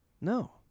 No